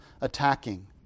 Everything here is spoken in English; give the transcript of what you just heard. attacking